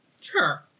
Sure